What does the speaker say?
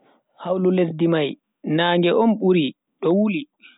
Hawlu lesdi mai naage on buri do wuli.